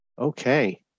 Okay